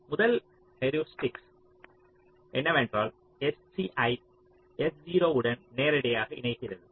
முதல் ஹியூரிஸ்டிக்ஸ் என்னவென்றால் sc ஐ s0 உடன் நேரடியாக இணைகிறது